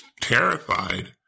terrified